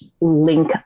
link